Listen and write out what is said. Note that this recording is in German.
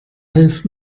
hilft